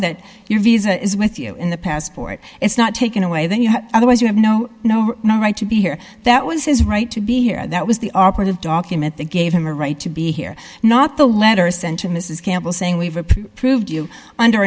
that your visa is with you in the passport it's not taken away then you have otherwise you have no no no right to be here that was his right to be here that was the operative document they gave him a right to be here not the letter sent to mrs campbell saying we've approved you under